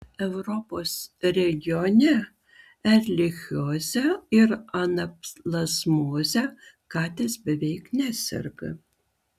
europos regione erlichioze ir anaplazmoze katės beveik neserga